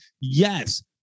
yes